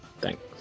Thanks